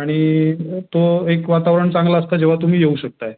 आणि तो एक वातावरण चांगलं असतं जेव्हा तुम्ही येऊ शकत आहे